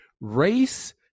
race